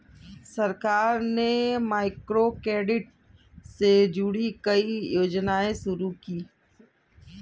सरकार ने माइक्रोक्रेडिट से जुड़ी कई योजनाएं शुरू की